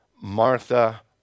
Martha